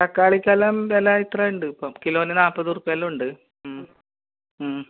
തക്കാളിക്ക് എല്ലാം വില ഇത്ര ഉണ്ട് ഇപ്പം കിലോന് നാൽപത് റുപ്യല്ലം ഉണ്ട്